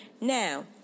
Now